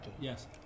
Yes